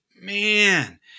Man